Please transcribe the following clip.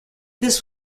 this